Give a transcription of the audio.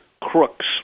crooks